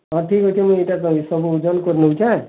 ହଁ ଠିକ୍ ଅଛେ ମୁଇଁ ଇ'ଟା ସବୁ ଉଜନ୍ କରି ନେଉଛେଁ